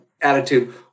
attitude